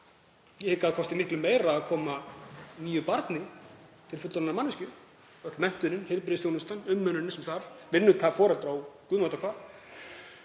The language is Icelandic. ég hygg að það kosti miklu meira að koma nýju barni til fullorðinnar manneskju, öll menntunin, heilbrigðisþjónustan, umönnun sem þarf, vinnutap foreldra og guð má vita